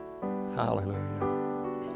Hallelujah